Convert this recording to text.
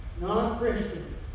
non-Christians